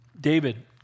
David